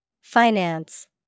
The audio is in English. Finance